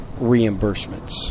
reimbursements